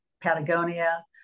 Patagonia